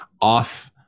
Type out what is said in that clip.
off